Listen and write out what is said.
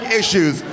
issues